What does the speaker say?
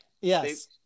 Yes